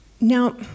Now